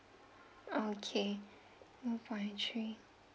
okay one point three